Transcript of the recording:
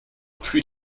plus